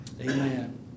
amen